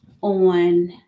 on